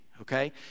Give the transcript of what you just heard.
Okay